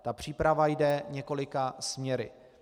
Ta příprava jde několika směry.